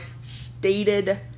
stated